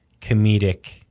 comedic